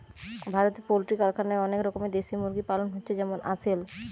ভারতে পোল্ট্রি কারখানায় অনেক রকমের দেশি মুরগি পালন হচ্ছে যেমন আসিল